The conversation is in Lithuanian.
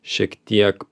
šiek tiek